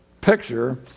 picture